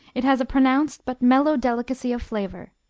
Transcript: it has a pronounced, but mellow, delicacy of flavor.